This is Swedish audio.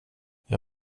jag